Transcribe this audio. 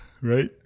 right